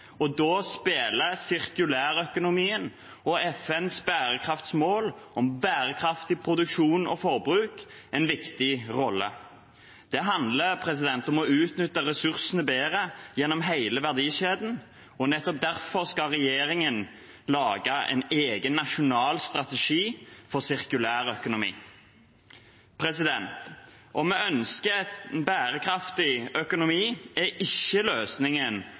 Da spiller sirkulærøkonomien og FNs bærekraftsmål om bærekraftig produksjon og forbruk en viktig rolle. Det handler om å utnytte ressursene bedre gjennom hele verdikjeden, og nettopp derfor skal regjeringen lage en egen nasjonal strategi for sirkulærøkonomi. Om vi ønsker en bærekraftig økonomi, er ikke løsningen